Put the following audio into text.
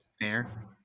Fair